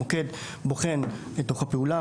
המוקד בוחן את דוח הפעולה,